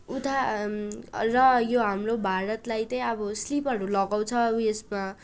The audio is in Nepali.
उता र यो हाम्रो भारतलाई चाहिँ अब स्लिपहरू लगाउँछ उयोसमा